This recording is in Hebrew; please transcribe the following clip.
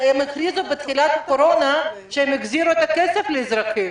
הם הכריזו בתחילת משבר הקורונה שהם החזירו את הכסף לאזרחים.